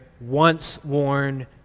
once-worn